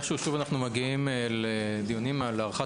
איכשהו שוב אנחנו מגיעים לדיונים על הארכת